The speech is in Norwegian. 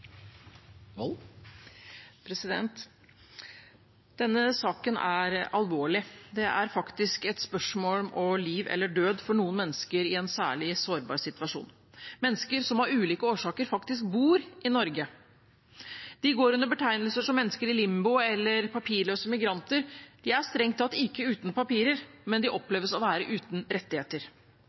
alvorlig. Det er faktisk et spørsmål om liv eller død for noen mennesker i en særlig sårbar situasjon, mennesker som av ulike årsaker faktisk bor i Norge. De går under betegnelser som «mennesker i limbo» eller «papirløse migranter». De er strengt tatt ikke uten papirer, men de oppleves å være uten rettigheter.